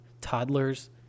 toddlers